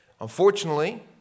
Unfortunately